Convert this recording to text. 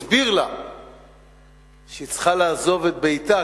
הסביר לה שהיא צריכה לעזוב את ביתה,